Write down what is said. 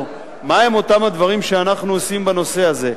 מהם אותם הדברים שאנחנו עושים בנושא הזה.